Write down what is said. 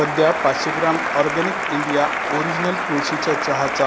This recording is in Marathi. सध्या पाचशे ग्रॅम ऑर्गेनिक इंडिया ओरिजिनल तुळशीच्या चहाचा काय दर चालू आहे